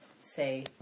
say